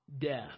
death